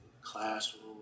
classroom